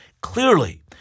Clearly